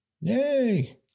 Yay